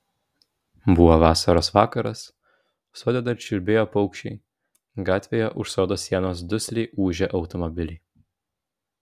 buvo vasaros vakaras sode dar čiulbėjo paukščiai gatvėje už sodo sienos dusliai ūžė automobiliai